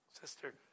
Sister